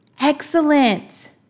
Excellent